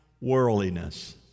worldliness